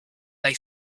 they